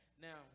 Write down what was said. Now